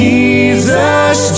Jesus